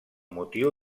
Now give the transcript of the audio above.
motiu